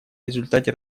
результате